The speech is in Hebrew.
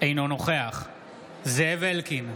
אינו נוכח זאב אלקין,